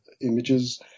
images